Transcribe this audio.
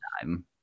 time